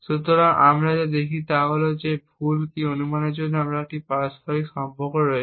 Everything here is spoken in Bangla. সুতরাং আমরা যা দেখি তা হল যে ভুল কী অনুমানের জন্য আমাদের একটি পারস্পরিক সম্পর্ক রয়েছে